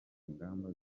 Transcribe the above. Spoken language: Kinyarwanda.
ingamba